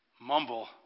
mumble